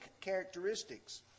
characteristics